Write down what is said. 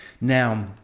Now